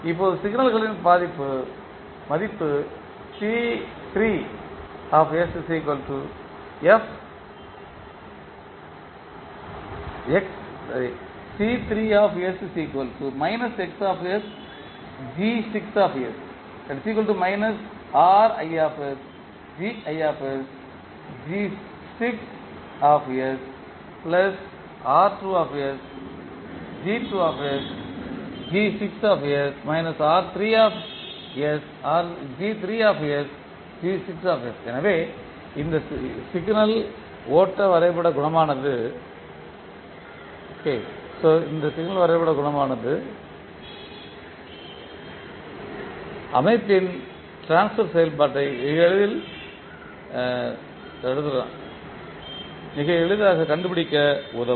இப்போது சிக்னல்களின் மதிப்பு எனவே இந்த சிக்னல் ஓட்ட வரைபட குணமானது அமைப்பின் ட்ரான்ஸ்பர் செயல்பாட்டை மிக எளிதாக கண்டுபிடிக்க உதவும்